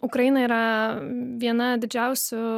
ukraina yra viena didžiausių